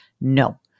No